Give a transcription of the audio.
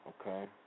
okay